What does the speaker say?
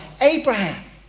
Abraham